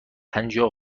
پنجاه